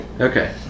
Okay